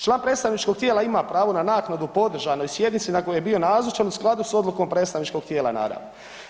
Član predstavničkog tijela ima pravo na naknadu po održanoj sjednici na kojoj je bio nazočan u skladu sa odlukom predstavničkog tijela naravno.